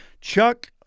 Chuck